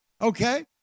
okay